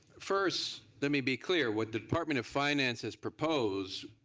first let me be clear what the department of finance has proposed